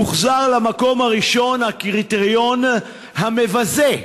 הוחזר למקום הראשון הקריטריון המבזה: